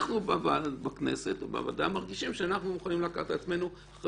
אנחנו בכנסת או בוועדה מרגישים שאנחנו יכולים לקחת על עצמנו אחריות